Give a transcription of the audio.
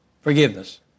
Forgiveness